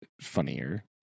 funnier